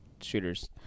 shooters